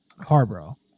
Harborough